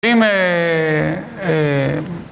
אם אהה....